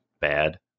bad